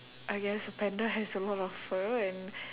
I guess a panda has a lot of fur and